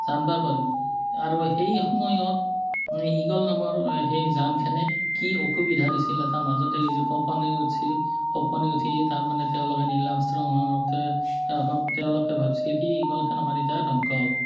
জানিব পাৰোঁ আৰু সেই সময়ত ঈগল নামৰ সেই যানখনে কি অসুবিধা দিছিল এটা মাজতে যি কঁপনি উঠিছিল কঁপনি উঠি তাৰমানে তেওঁলোকে নীল আৰ্মষ্ট্ৰংহঁতে তেওঁলোকে ভাবিছিল কি ঈগলখন আমাৰ এতিয়া ধ্বংস হ'ব